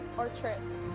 or trips.